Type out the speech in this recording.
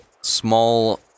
small